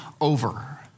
over